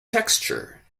texture